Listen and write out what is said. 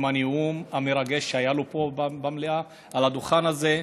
עם הנאום המרגש שהיה לו פה במליאה על הדוכן הזה,